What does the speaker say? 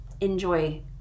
enjoy